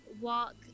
walk